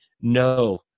no